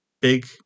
big